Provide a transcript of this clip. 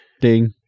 Ding